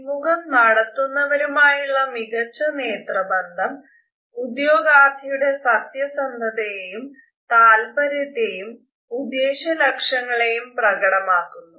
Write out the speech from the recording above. അഭിമുഖം നടത്തുന്നവരുമായുള്ള മികച്ച നേത്രബന്ധം ഉദ്യോഗാർത്ഥി യുടെ സത്യസന്ധതയെയും താല്പര്യത്തേയും ഉദ്ദേശ്യലക്ഷ്യങ്ങളെയും പ്രകടമാക്കുന്നു